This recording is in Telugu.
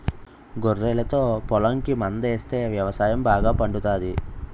గొర్రెలతో పొలంకి మందాస్తే వ్యవసాయం బాగా పండుతాది